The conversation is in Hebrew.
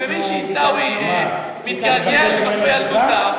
אני מבין שעיסאווי מתגעגע לנופי ילדותו,